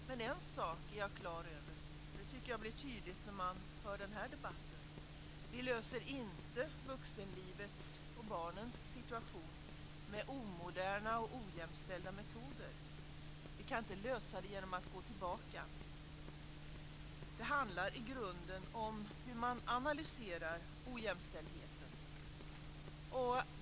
Men en sak är jag på det klara med, och det tycker jag blir tydligt när man hör den här debatten: Vi löser inte vuxenlivets och barnens problem och situation med omoderna och ojämställda metoder. Vi kan inte lösa dem genom att gå tillbaka. Det handlar i grunden om hur man analyserar ojämställdheten.